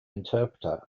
interpreter